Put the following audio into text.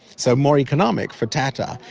so, more economic for tata.